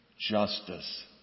Justice